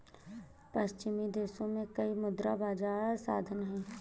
पश्चिमी देशों में कई मुद्रा बाजार साधन हैं